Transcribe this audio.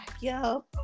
yo